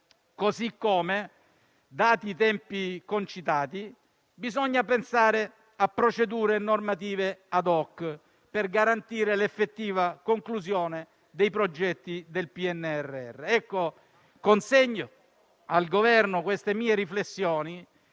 modo, dati i tempi concitati, bisogna pensare a procedure normative *ad hoc* per garantire l'effettiva conclusione dei progetti del PNRR. Consegno dunque al Governo queste mie riflessioni,